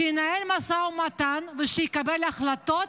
שינהל משא ומתן ושיקבל החלטות.